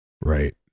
right